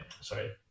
sorry